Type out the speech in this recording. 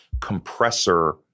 compressor